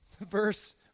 verse